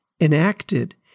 enacted